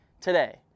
today